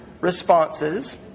responses